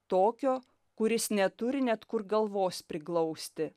tokio kuris neturi net kur galvos priglausti